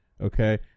Okay